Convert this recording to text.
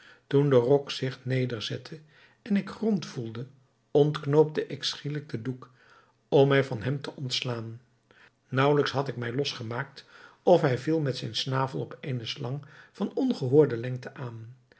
toen de rok zich nederzette en ik grond voelde ontknoopte ik schielijk den doek om mij van hem te ontslaan naauwelijks had ik mij los gemaakt of hij viel met zijn snavel op eene slang van ongehoorde lengte aan